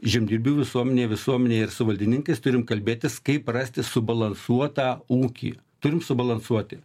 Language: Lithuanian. žemdirbių visuomenėj visuomenėj ir su valdininkais turim kalbėtis kaip rasti subalansuotą ūkį turim subalansuoti